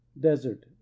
Desert